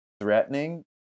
threatening